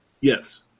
Yes